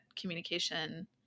communication